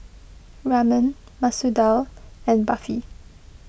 Ramen Masoor Dal and Barfi